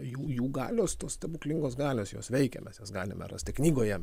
jų jų galios tos stebuklingos galios jos veikia mes jas galime rasti knygoje